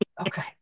Okay